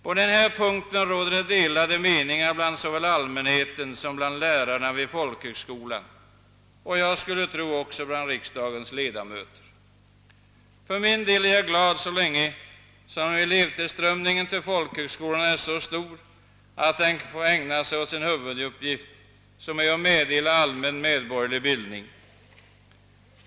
På denna punkt råder delade meningar såväl bland allmänheten som bland lärarna vid folkhögskolan och skulle jag tro, även bland riksdagens ledamöter. För min del är jag glad så länge elevtillströmningen till folkhögskolan är så stor att den får ägna sigåtsin huvuduppgift, som är att meddela allmän medborgerlig bildning.